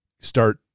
start